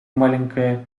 маленькая